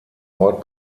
ort